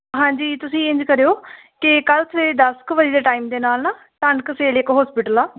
ਹਾਂਜੀ ਤੁਸੀਂ ਇੰਝ ਕਰਿਓ ਕਿ ਕੱਲ ਸਵੇਰੇ ਦਸ ਕੁ ਵਜੇ ਦੇ ਟਾਈਮ ਦੇ ਨਾਲ ਨਾ ਇੱਕ ਹੋਸਪਿਟਲ ਆ